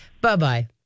bye-bye